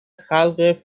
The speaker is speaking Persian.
خلق